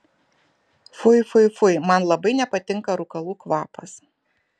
fui fui fui man labai nepatinka rūkalų kvapas